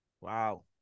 Wow